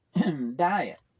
Diet